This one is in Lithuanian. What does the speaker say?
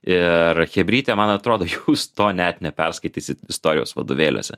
ir chebrytė man atrodo jūs to net neperskaitysit istorijos vadovėliuose